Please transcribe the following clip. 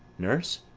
nurse?